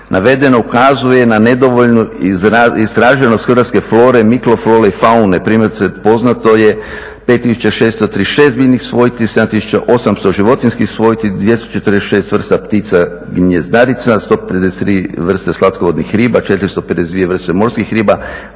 Navedeno ukazuje na nedovoljnu istraženost hrvatske flore, mikroflore i faune. Primjerice poznato je 5636 biljnih svojti, 7800 životinjskih svojti, 246 vrsta ptica gnjezdarica, 153 vrste slatkovodnih riba, 452 vrste morskih riba,